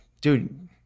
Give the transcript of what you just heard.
dude